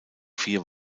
vier